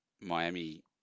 Miami